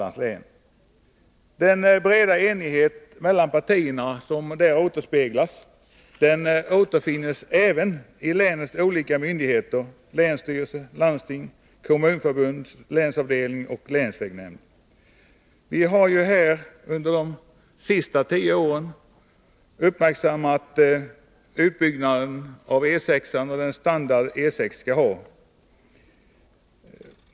Den breda enighet mellan partierna som där återspeglas återfinns även hos länets olika myndigheter, länsstyrelsen, landsting, kommunförbund, länsavdelning och länsvägnämnd. Vi har under de senaste 10 åren uppmärksammat frågan om utbyggnaden av E 6:an och den standard E 6 skall ha.